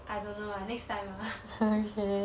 I don't know lah next time ah